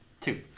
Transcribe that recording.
two